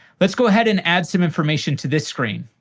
let's go ahead and add some information to this screen.